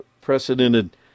unprecedented